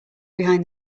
behind